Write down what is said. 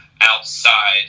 outside